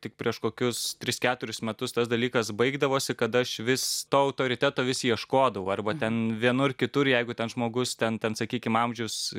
tik prieš kokius tris keturis metus tas dalykas baigdavosi kada aš vis to autoriteto vis ieškodavau arba ten vienur kitur jeigu ten žmogus ten ten sakykim amžius